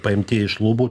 paimti iš lubų